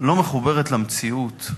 לא מחוברת למציאות.